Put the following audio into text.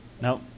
No